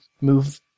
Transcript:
move